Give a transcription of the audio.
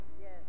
Yes